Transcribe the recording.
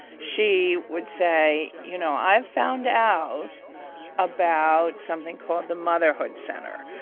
she would say, you know, i found out about something called the motherhood center.